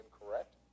incorrect